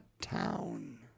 town